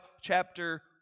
chapter